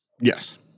Yes